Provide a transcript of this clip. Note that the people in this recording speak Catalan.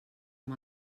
amb